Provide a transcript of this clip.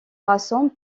rassemble